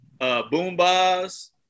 Boomba's